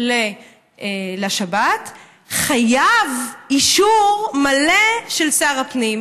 לשבת חייבת אישור מלא של שר הפנים,